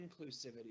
inclusivity